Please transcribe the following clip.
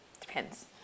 Depends